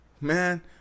Man